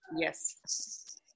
Yes